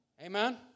Amen